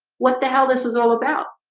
what the hell this is all about.